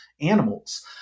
animals